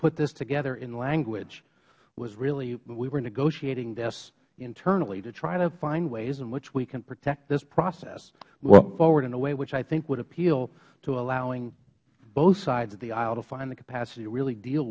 put this together in language was really we were negotiating this internally to try to find ways in which we can protect this process going forward in a way which i think would appeal to allowing both sides of the aisle to find the capacity to really deal